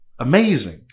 Amazing